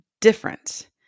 different